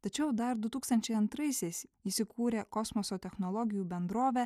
tačiau dar du tūkstančiai antraisiais jis įkūrė kosmoso technologijų bendrovę